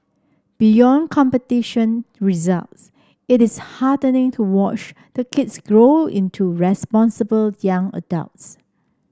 beyond competition results it is heartening to watch the kids grow into responsible young adults